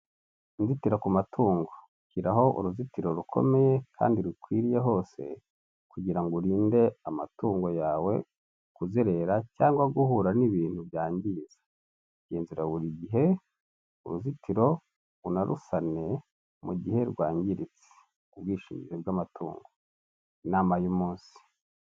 Inzitiro ku matungo; Shyiraho uruzitiro rukomeye kandi rukwiriye hose kugira ngo urinde amatungo yawe kuzerera cyangwa guhura n'ibintu byangiza. Genzura buri gihe uruzitiro unarusane mu gihe rwangiritse ku bwishingizi bw'amatungo. Inama y'umunsi.